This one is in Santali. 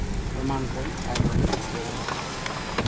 ᱮᱢᱟᱱ ᱠᱚ ᱟᱭᱢᱟᱜᱮ ᱵᱮᱵᱚᱦᱟᱨᱚᱜᱼᱟ